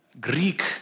Greek